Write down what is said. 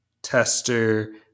tester